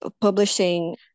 publishing